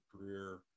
career